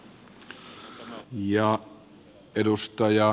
arvoisa puhemies